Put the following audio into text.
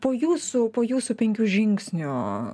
po jūsų po jūsų penkių žingsnių